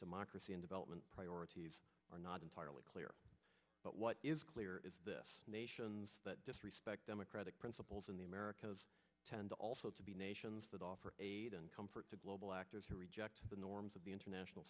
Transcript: democracy and development priorities are not entirely clear but what is clear is this nations respect democratic principles in the americas tend also to be nations that offer aid and comfort to global actors who reject the norms of the international